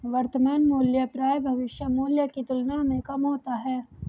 वर्तमान मूल्य प्रायः भविष्य मूल्य की तुलना में कम होता है